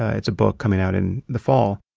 ah it's a book coming out in the fall.